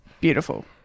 Beautiful